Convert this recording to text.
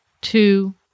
two